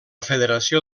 federació